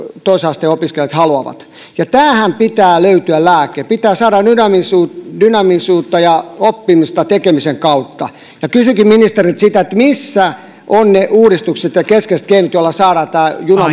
toisen asteen opiskelijat haluavat tähän pitää löytyä lääke pitää saada dynaamisuutta dynaamisuutta ja oppimista tekemisen kautta kysynkin ministeriltä missä ovat ne uudistukset ja keskeiset keinot joilla saadaan tämä juna